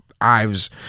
Ives